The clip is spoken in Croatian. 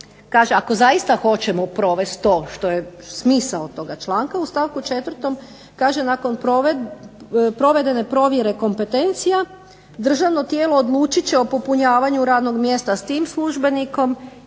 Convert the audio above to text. ako zaista hoćemo provesti to što je smisao toga članka u stavku 4. kaže nakon provedene provjere kompetencija državno tijelo odlučit će o popunjavanju radnog mjesta s tim službenikom